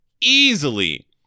Easily